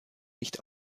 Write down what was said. nicht